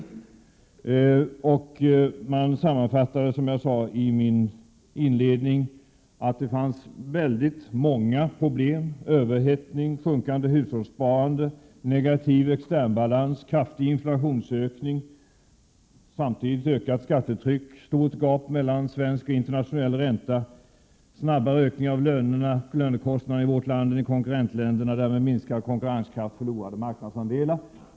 Som jag sade i min inledning sammanfattade man situationen så, att det fanns väldigt många problem — överhettning, sjunkande hushållssparande, negativ externbalans, inflationsökning, ökat skattetryck, stort gap mellan svensk och internationell ränta, snabbare ökning av lönekostnaderna än i konkurrentländerna, och därmed minskad konkurrenskraft och förlorade marknadsandelar.